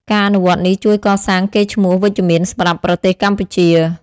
ការអនុវត្តនេះជួយកសាងកេរ្តិ៍ឈ្មោះវិជ្ជមានសម្រាប់ប្រទេសកម្ពុជា។